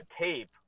tape